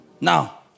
Now